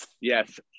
yes